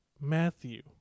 Matthew